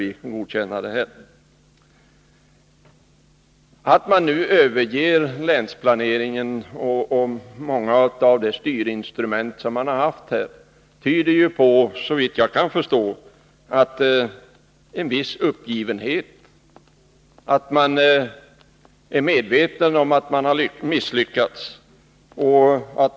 Det förhållandet att man nu överger länsplaneringen och många av de styrinstrument som man har haft tyder såvitt jag kan förstå på en viss uppgivenhet, på att man är medveten om att man har misslyckats.